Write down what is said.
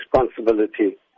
responsibility